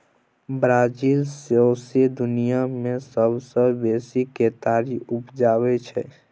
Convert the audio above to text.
Brazil सौंसे दुनियाँ मे सबसँ बेसी केतारी उपजाबै छै